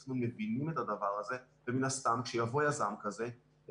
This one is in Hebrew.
התכנון מבינים את הדבר הזה ומן הסתם כשיבוא יזם כזה,